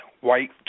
white